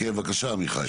כן בבקשה עמיחי.